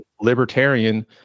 libertarian